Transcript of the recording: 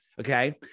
Okay